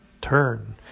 turn